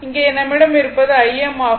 இங்கே நம்மிடம் இருப்பது Im ஆகும்